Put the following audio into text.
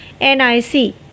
nic